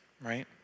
right